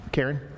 Karen